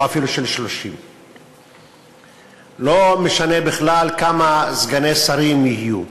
או אפילו של 30. לא משנה בכלל כמה סגני שרים יהיו.